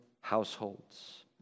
households